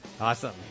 Awesome